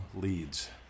leads